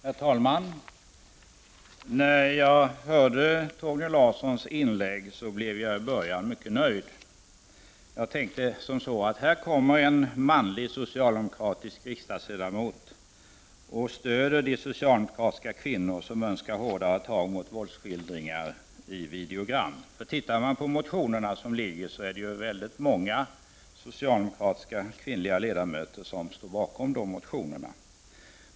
Herr talman! När jag lyssnade på Torgny Larssons inlägg blev jag till en början mycket nöjd. Jag tänkte att här kommer en manlig socialdemokratisk riksdagsledamot som stöder de socialdemokratiska kvinnor som önskar hårdare tag mot våldsskildringar i videogram. Om man läser de motioner som har väckts framgår det att många socialdemokratiska kvinnliga ledamöter står bakom motioner med ett sådant innehåll.